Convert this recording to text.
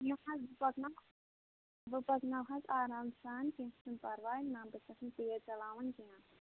نہَ حظ بہٕ پکنا بہٕ پکناو حظ آرام سان کیٚنٛہہ چھُنہِٕ پرواے نہَ بہٕ چھَس نہٕ تیز چلاوان کیٚنٛہہ